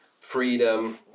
freedom